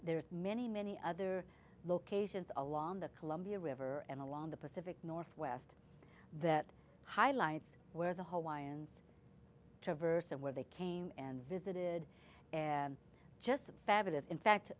are many many other locations along the columbia river and along the pacific northwest that highlights where the whole lions traverse and where they came and visited and just fabulous in fact